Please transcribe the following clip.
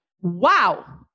wow